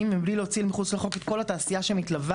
ומבלי להוציא אל מחוץ לחוק את כל התעשייה שמתלווה,